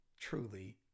truly